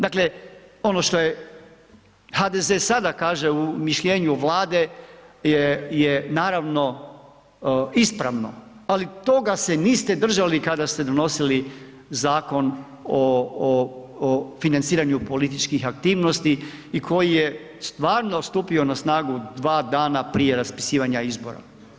Dakle, ono što je HDZ sada kaže u mišljenju Vlade je naravno ispravno, ali toga se niste držali kada ste donosili Zakon o financiranju političkih aktivnosti i koji je stvarno stupio na snagu dva dana prije raspisivanja izbora.